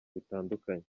bitandukanye